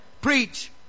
preach